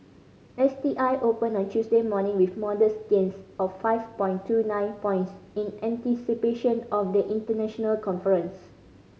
S T I opened on Tuesday morning with modest gains of five point two nine points in anticipation of the international conference